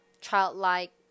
childlike